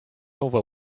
over